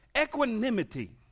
equanimity